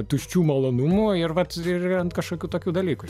tuščių malonumų ir vat ir ant kažkokių tokių dalykų